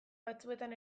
batzuetan